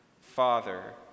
Father